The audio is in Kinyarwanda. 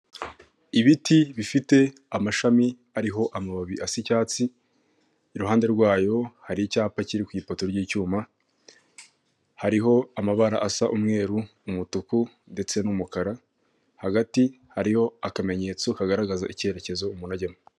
Ibiti bifite amashami ariho amababi asa icyatsi, iruhande rwayo hari icyapa kiri ku ifoto ry'icyuma, hariho amabara asa umweru, umutuku ndetse n'umukara hagati hariho akamenyetso kagaragaza icyerekezo umuntu ajyamo.